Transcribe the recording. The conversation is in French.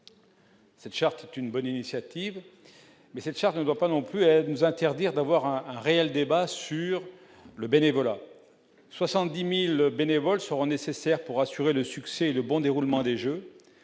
Cette charte est une bonne initiative, mais cette charte ne doit pas non plus à nous interdire d'avoir un un réel débat sur le bénévolat 70000 bénévoles seront nécessaires pour assurer le succès le bon déroulement des Jeux